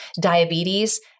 diabetes